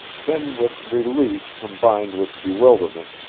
then with relief combined with bewilderment,